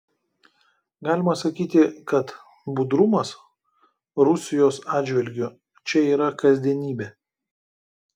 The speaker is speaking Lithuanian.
galima sakyti kad budrumas rusijos atžvilgiu čia yra kasdienybė